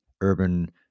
urban